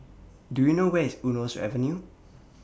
Do YOU know Where IS Eunos Avenue